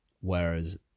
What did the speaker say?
Whereas